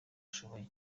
ashoboye